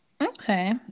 okay